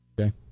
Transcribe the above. Okay